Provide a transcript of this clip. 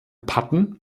patten